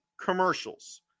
commercials